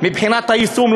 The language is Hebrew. מבחינת היישום,